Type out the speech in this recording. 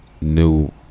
new